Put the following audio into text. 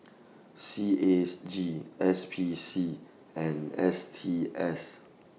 C A S G S P C and S T S